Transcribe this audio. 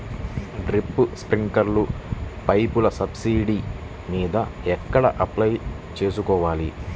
Drip, స్ప్రింకర్లు పైపులు subsidy మీద ఎక్కడ అప్లై చేసుకోవాలి?